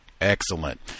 Excellent